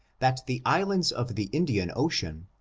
that the islands of the indian ocean,